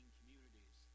communities